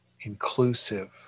inclusive